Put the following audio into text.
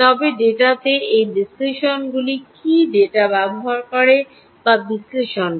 তবে ডেটাতে এই বিশ্লেষণগুলি কী ডেটা ব্যবহার করে তা ডেটা বিশ্লেষণ করে